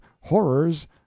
horrors